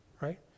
Right